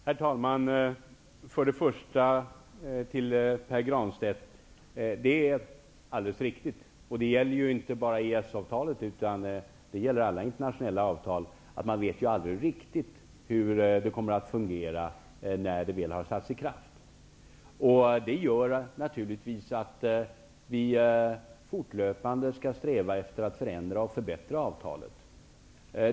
Herr talman! För det första vill jag säga till Pär Granstedt att det som han säger är alldeles riktigt. Och det gäller inte bara EES-avtalet, utan det gäller alla internationella avtal. Man vet ju aldrig exakt hur avtalet kommer att fungera när det väl har trätt i kraft. Vi strävar naturligtvis fortlöpande efter att förändra och förbättra avtalet.